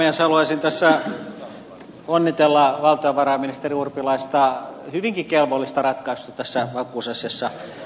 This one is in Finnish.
haluaisin tässä onnitella valtiovarainministeri urpilaista hyvinkin kelvollisesta ratkaisusta tässä vakuusasiassa